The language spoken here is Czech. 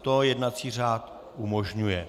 To jednací řád umožňuje.